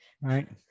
right